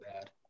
bad